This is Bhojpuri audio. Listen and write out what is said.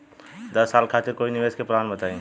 दस साल खातिर कोई निवेश के प्लान बताई?